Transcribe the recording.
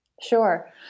Sure